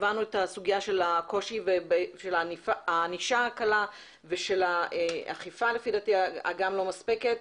הבנו את הסוגיה והקושי של הענישה הקלה ושל האכיפה הלא מספקת לפי לדעתי.